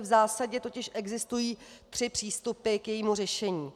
V zásadě totiž existují tři přístupy k jejímu řešení.